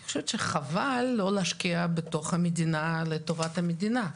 אני חושבת שחבל לא להשקיע בתוך המדינה לטובת המדינה.